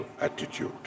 attitude